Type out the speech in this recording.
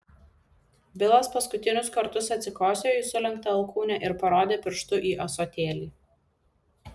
bilas paskutinius kartus atsikosėjo į sulenktą alkūnę ir parodė pirštu į ąsotėlį